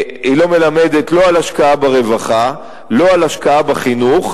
היא לא מלמדת לא על השקעה ברווחה ולא על השקעה בחינוך.